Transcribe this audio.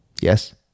Yes